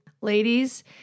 ladies